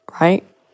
right